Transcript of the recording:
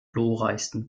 glorreichsten